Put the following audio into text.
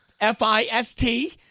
F-I-S-T